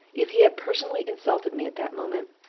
if he had personally insulted me at that moment,